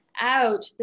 out